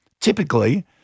Typically